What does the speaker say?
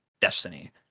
Destiny